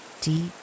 deep